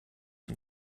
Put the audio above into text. and